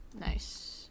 nice